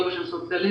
לא בשם סוציאליזם,